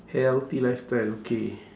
healthy lifestyle okay